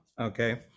okay